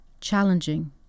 challenging